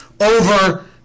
over